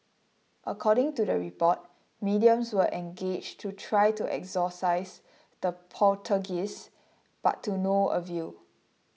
according to the report mediums were engaged to try to exorcise the poltergeists but to no avail